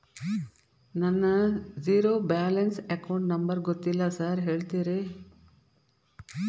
ನನ್ನ zero balance account number ಗೊತ್ತಿಲ್ಲ sir ಹೇಳ್ತೇರಿ?